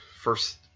first